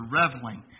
reveling